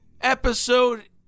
episode